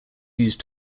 use